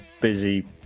busy